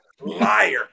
Liar